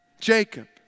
Jacob